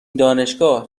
دانشگاه